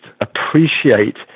appreciate